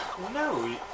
No